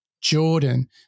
Jordan